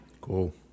Cool